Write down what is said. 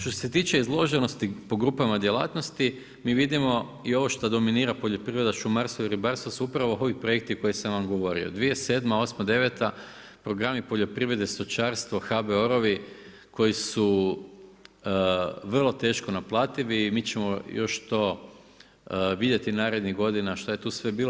Što se tiče izloženosti po grupama djelatnosti mi vidimo i ovo što dominira poljoprivreda, šumarstvo i ribarstvo su upravo ovi projekti koje sam vam govorio, 2007., osma, deveta programi poljoprivrede stočarstvo, HBOR-ovi koji su vrlo teško naplativi i mi ćemo još to vidjeti narednih godina šta je tu sve bilo.